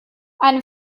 eine